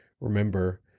remember